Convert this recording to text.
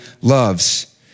loves